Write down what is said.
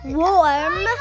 warm